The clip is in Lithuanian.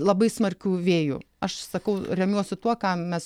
labai smarkių vėjų aš sakau remiuosi tuo ką mes